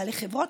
בעלי חברות,